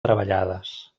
treballades